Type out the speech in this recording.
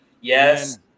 yes